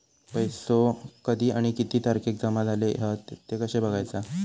पैसो कधी आणि किती तारखेक जमा झाले हत ते कशे बगायचा?